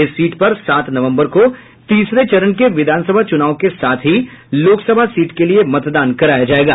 इस सीट पर सात नवम्बर को तीसरे चरण के विधानसभा चुनाव के साथ ही लोकसभा सीट के लिए मतदान कराया जायेगा